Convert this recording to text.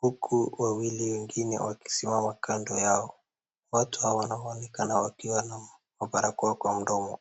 huku wengine wawili wakisimama kando yao. Watu hawa wanamwagika na wakiwa na mabarakoa kwa mdomo.